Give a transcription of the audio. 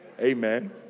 amen